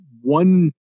one